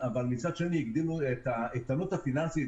אבל מצד שני הגדילו את העלות הפיננסית.